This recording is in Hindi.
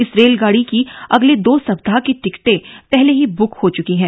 इस रेलगाड़ी की अंगले दो सप्ताह की टिकटें पहले ही बिक चुकी हैं